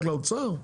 רק לאוצר?